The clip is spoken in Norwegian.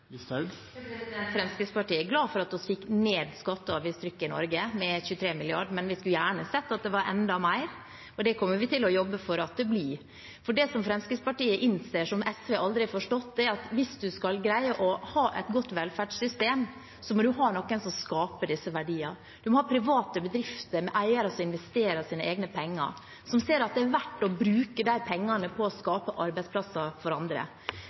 Fremskrittspartiet er glad for at vi fikk ned skatte- og avgiftstrykket i Norge med 23 mrd. kr, men vi skulle gjerne sett at det var enda mer – og det kommer vi til å jobbe for at det blir. For det som Fremskrittspartiet innser, som SV aldri har forstått, er at hvis man skal greie å ha et godt velferdssystem, må man ha noen som skaper verdier. Man må ha private bedrifter med eiere som investerer sine egne penger, som ser at det er verdt å bruke de pengene på å skape arbeidsplasser for andre.